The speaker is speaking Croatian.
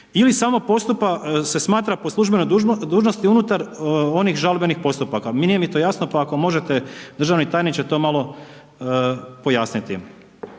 ili samo postupa se smatra po službenoj dužnosti unutar onih žalbenih postupaka, pa ako možete, državni tajniče, to malo pojasniti.